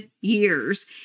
years